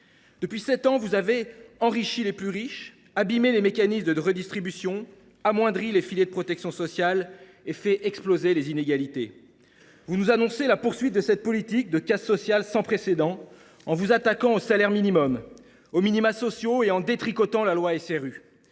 Depuis sept ans, vous avez enrichi les plus riches, abîmé les mécanismes de redistribution, amoindri les filets de protection sociale et fait exploser les inégalités. Vous nous annoncez la poursuite de cette politique de casse sociale sans précédent en vous attaquant au salaire minimum, aux minima sociaux et en détricotant la loi SRU.